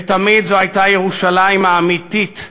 ותמיד זאת הייתה ירושלים האמיתית,